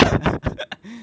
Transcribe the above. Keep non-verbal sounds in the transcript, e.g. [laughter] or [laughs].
[laughs]